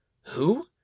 Who